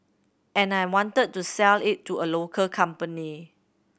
and I wanted to sell it to a local company